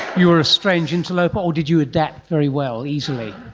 you were a strange interloper, or did you adapt very well, easily?